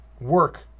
Work